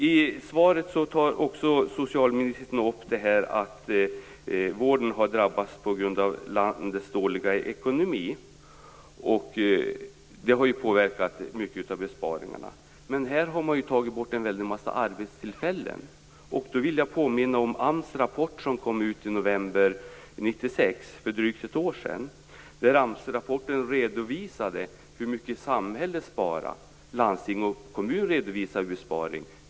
I svaret tar socialministern upp detta med att vården har drabbats på grund av landets dåliga ekonomi. Detta har påverkat mycket av besparingarna. Men här har man ju tagit bort en mängd arbetstillfällen. Jag vill påminna om AMS rapport som kom i november 1996, alltså för drygt ett år sedan. I AMS-rapporten redovisas hur mycket samhället sparar. Landsting och kommuner redovisar en besparing.